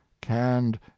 canned